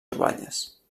troballes